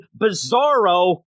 bizarro